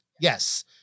yes